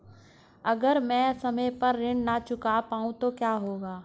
अगर म ैं समय पर ऋण न चुका पाउँ तो क्या होगा?